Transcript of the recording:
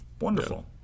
wonderful